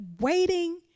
waiting